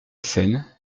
scène